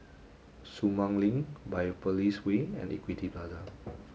Sumang Link Biopolis Way and Equity Plaza